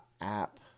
app